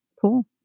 Cool